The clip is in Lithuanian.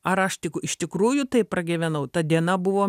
ar aš tik iš tikrųjų tai pragyvenau ta diena buvo